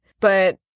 but-